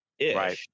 Right